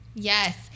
Yes